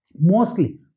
mostly